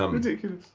um ridiculous.